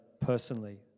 personally